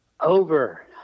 Over